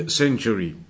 century